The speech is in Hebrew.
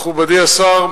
מכובדי השר,